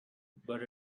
but